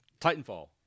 Titanfall